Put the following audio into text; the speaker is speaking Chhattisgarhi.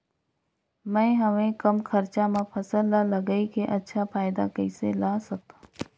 मैं हवे कम खरचा मा फसल ला लगई के अच्छा फायदा कइसे ला सकथव?